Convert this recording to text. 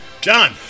John